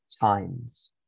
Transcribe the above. times